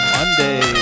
Monday